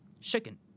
Chicken